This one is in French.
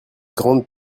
grande